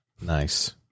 Nice